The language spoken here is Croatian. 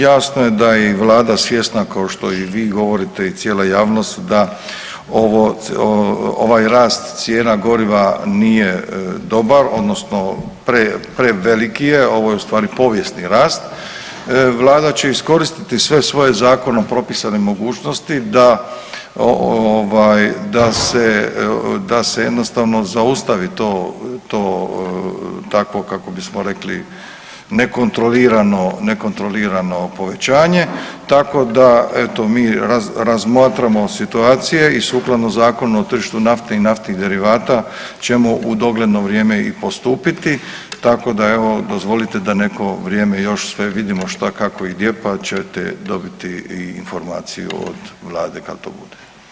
Jasno da je i vlada svjesna kao što i vi govorite i cijela javnost da ovaj rast cijena goriva nije dobar odnosno preveliki je ovo je u stvari povijesni rast, vlada će iskoristiti sve svoje zakonom propisane mogućnosti da ovaj da se, da se jednostavno zaustavi to, to, takvo kako bismo rekli nekontrolirano, nekontrolirano povećanje, tako da eto mi razmatramo situacije i sukladno Zakonu o tržištu nafte i naftnih derivata ćemo u dogledno vrijeme i postupiti tako da evo dozvolite da neko vrijeme još sve vidimo šta, kako i gdje, pa ćete dobiti i informacije od vlade kad to bude.